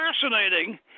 fascinating